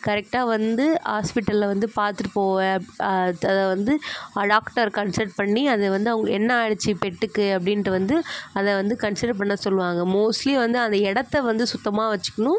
கரெக்டாக வந்து ஹாஸ்பிட்டல்ல வந்து பார்த்துட்டு போவேன் அதை வந்து டாக்டர் கன்சல் பண்ணி அது வந்து அவங்க என்ன ஆகிடுச்சி பெட்டுக்கு அப்படின்ட்டு வந்து அதை வந்து கன்சிடர் பண்ண சொல்லுவாங்க மோஸ்ட்லி வந்து அந்த இடத்த வந்து சுத்தமாக வச்சுக்கணும்